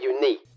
unique